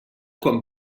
quan